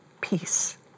peace